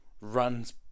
runs